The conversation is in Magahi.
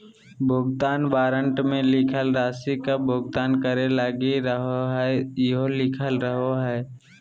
भुगतान वारन्ट मे लिखल राशि कब भुगतान करे लगी रहोहाई इहो लिखल रहो हय